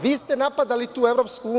Vi ste napadali tu EU.